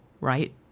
right